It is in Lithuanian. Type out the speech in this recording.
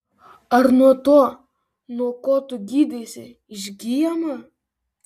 ar nuo to nuo ko tu gydeisi išgyjama